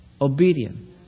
obedient